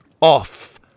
off